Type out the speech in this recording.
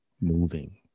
moving